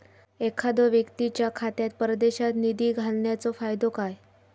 एखादो व्यक्तीच्या खात्यात परदेशात निधी घालन्याचो फायदो काय?